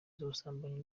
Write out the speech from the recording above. z’ubusambanyi